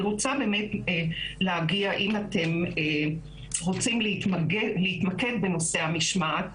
אם אתם רוצים להתמקד בנושא המשמעת,